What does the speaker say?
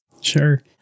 Sure